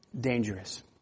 Dangerous